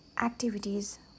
activities